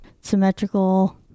symmetrical